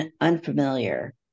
unfamiliar